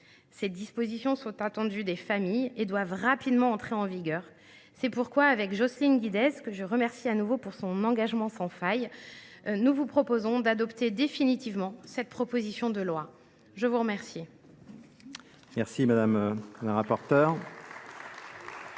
Ces dispositions sont attendues des familles et doivent rapidement entrer en vigueur. C’est pourquoi, avec Jocelyne Guidez, que je remercie de nouveau de son engagement sans faille, je vous propose d’adopter définitivement cette proposition de loi. La parole